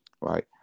right